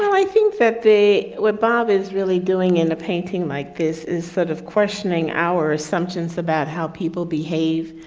i think that they, what bob is really doing in a painting like this is sort of questioning our assumptions about how people behave,